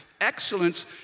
Excellence